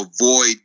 avoid